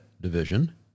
division